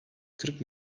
kırk